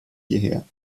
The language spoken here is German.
hierher